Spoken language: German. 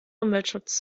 umweltschutz